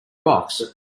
box